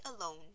alone